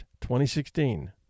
2016